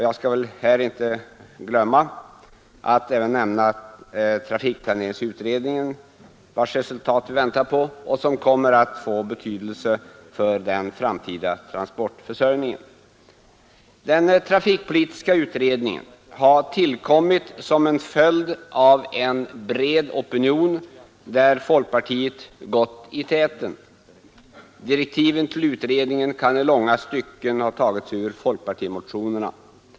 Jag skall väl inte heller glömma att nämna även trafikplaneringsutredningen, vars resultat vi väntar på och som kommer att få betydelse för den framtida transportförsörjningen. Den trafikpolitiska utredningen har tillkommit som en följd av en bred opinion, där folkpartiet gått i täten. Direktiven till utredningen kan i långa stycken ha tagits ur folkpartimotionerna.